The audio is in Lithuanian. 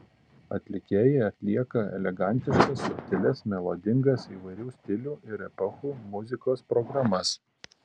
atlikėjai atlieka elegantiškas subtilias melodingas įvairių stilių ir epochų muzikos programas